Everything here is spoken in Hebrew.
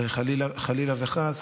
חלילה וחס,